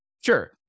Sure